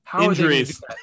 Injuries